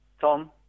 Tom